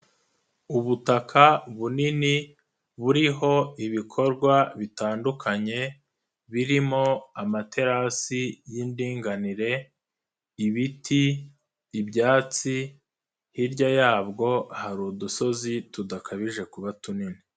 Ubutaka bunini buriho ibikorwa bitandukanye, birimo amaterasi y'indinganire, ibiti, ibyatsi, hirya yabwo hari udusozi tudakabije kuba tunini.